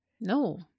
No